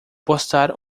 postar